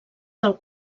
del